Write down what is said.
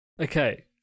Okay